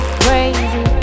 crazy